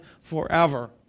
forever